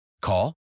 Call